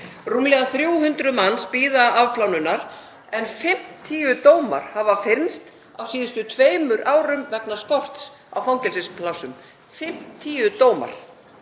Rúmlega 300 manns bíða afplánunar en 50 dómar hafa fyrnst á síðustu tveimur árum vegna skorts á fangelsisplássum — 50 dómar.